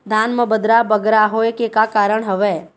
धान म बदरा बगरा होय के का कारण का हवए?